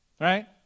Right